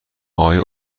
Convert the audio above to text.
آیا